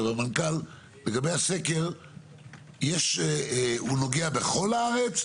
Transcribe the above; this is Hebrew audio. וכמובן יש את האובדן.